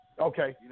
Okay